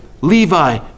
Levi